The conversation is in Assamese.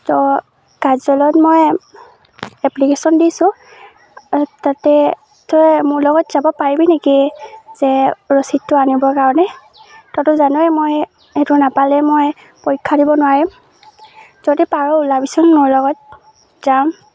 তো কাজলত মই এপ্লিকেশ্যন দিছোঁ তাতে তই মোৰ লগত যাব পাৰিবি নেকি যে ৰচিদটো আনিবৰ কাৰণে তইতো জানই মই সেইটো নাপালে মই পৰীক্ষা দিব নোৱাৰিম যদি পাৰ ওলাবিচোন মোৰ লগত যাম